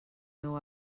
meu